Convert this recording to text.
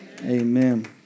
Amen